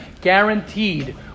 Guaranteed